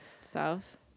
South